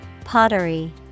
Pottery